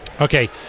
Okay